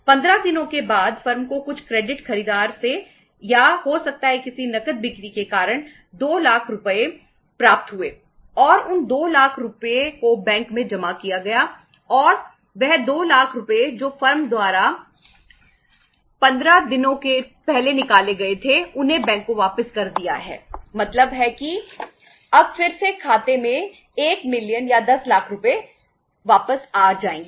15 दिनों के बाद फर्म को कुछ क्रेडिट या 10 लाख रुपये पर वापस आ जाएगा